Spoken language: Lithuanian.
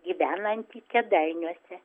gyvenantį kėdainiuose